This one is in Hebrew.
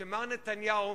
שמר נתניהו